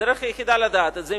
הדרך היחידה לדעת את זה,